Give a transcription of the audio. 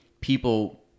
people